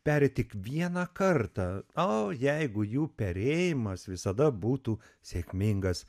peri tik vieną kartą o jeigu jų perėjimas visada būtų sėkmingas